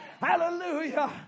Hallelujah